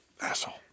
asshole